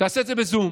תעשה את זה בזום.